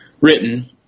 written